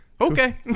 Okay